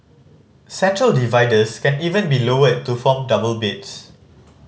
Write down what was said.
central dividers can even be lowered to form double beds